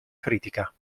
critica